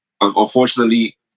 unfortunately